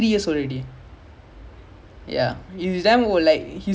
orh thirty three !huh!